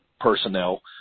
personnel